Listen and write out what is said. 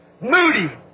Moody